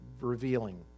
revealing